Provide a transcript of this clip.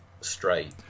straight